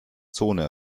zone